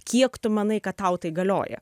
kiek tu manai kad tau tai galioja